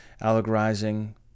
Allegorizing